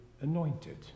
anointed